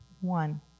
One